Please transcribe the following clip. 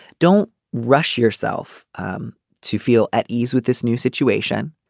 don't rush yourself um to feel at ease with this new situation.